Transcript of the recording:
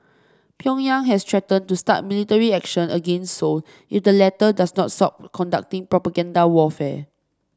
Pyongyang has threatened to start military action against Seoul if the latter does not stop conducting propaganda warfare